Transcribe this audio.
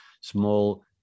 small